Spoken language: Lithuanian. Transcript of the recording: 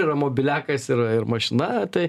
yra mobiliakas ir ir mašina tai